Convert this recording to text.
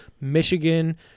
Michigan